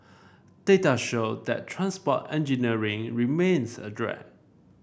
data showed that transport engineering remains a drag